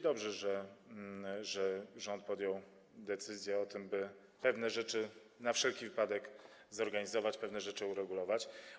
Dobrze, że rząd podjął decyzję o tym, by pewne rzeczy na wszelki wypadek zorganizować, pewne rzeczy uregulować.